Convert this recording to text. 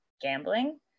gambling